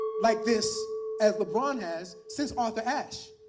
like this as lebron has since arthur ashe.